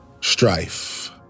strife